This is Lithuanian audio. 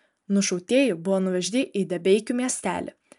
nušautieji buvo nuvežti į debeikių miestelį